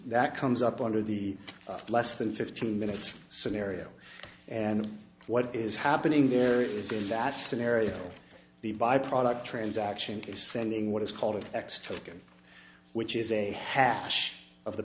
that comes up under the less than fifteen minutes scenario and what is happening there is in that scenario the byproduct transaction is sending what is called an extra ticket which is a hash of the